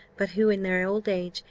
but who, in their old age,